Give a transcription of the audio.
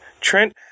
Trent